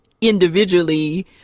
individually